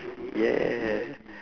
ya